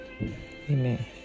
Amen